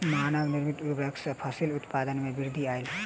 मानव निर्मित उर्वरक सॅ फसिल उत्पादन में वृद्धि आयल